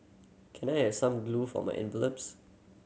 can I have some glue for my envelopes